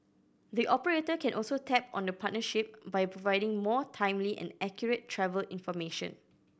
the operator can also tap on the partnership by providing more timely and accurate travel information